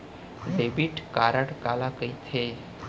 Debit card काला कहिथे?